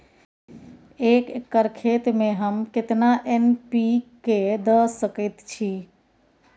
एक एकर खेत में हम केतना एन.पी.के द सकेत छी?